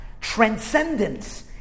transcendence